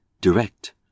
direct